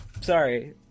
Sorry